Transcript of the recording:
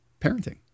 parenting